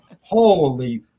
Holy